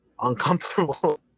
uncomfortable